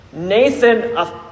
Nathan